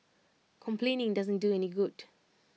complaining doesn't do any good